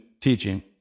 teaching